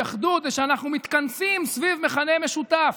אחדות זה שאנחנו מתכנסים סביב מכנה משותף: